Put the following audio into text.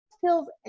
feels